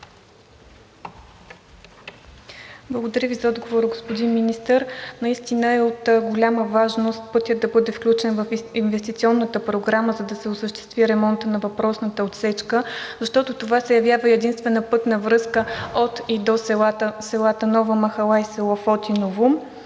Благодаря за отговора, господин Министър. Наистина е от голяма важност пътят да бъде включен в инвестиционната програма, за да се осъществи ремонтът на въпросната отсечка, защото това се явява единствена пътна връзка от и до селата Нова махала и Фотиново.